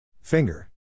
Finger